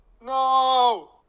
No